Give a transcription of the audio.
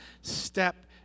step